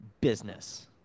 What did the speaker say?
business